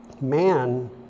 man